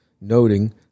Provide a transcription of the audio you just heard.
noting